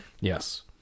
Yes